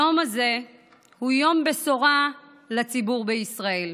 היום הזה הוא יום בשורה לציבור בישראל,